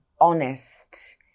honest